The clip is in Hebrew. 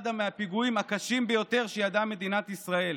מהפיגועים הקשים ביותר שידעה מדינת ישראל,